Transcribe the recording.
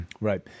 Right